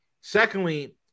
secondly